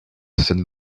said